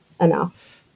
enough